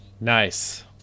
Nice